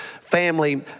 family